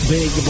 Big